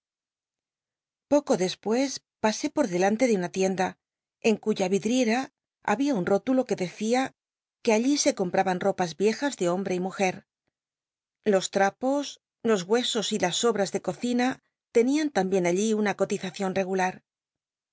poco despues pasé o delante de una tienda en cuya vidriera había un rótulo que deci que aui se biblioteca nacional de españa david copperfield compraban ropas yicjas de hombre y mujer los trapos los huesos y las sobras de cocina tenían tambien allí una cotizacion regttlur